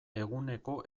eguneko